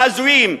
ההזויים,